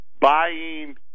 buying